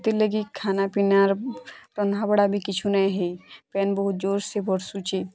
ସେଥିର୍ ଲାଗି ଖାନା ପିନାର ରନ୍ଧା ବଢ଼ା ବି କିଛୁ ନାଇଁ ହୋଇ ପାନ୍ ବହୁତ୍ ଜୋର୍ସେ ବର୍ଷୁଛି